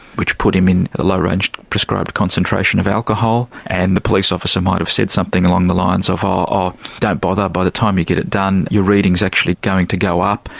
which put him in the low range prescribed concentration of alcohol, and the police officer might have said something along the lines of, oh, don't bother, by the time you get it done your reading is actually going to go up.